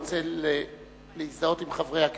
רוצה להזדהות עם חברי הכנסת,